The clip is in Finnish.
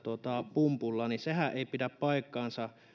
pumpulla niin sehän ei pidä paikkaansa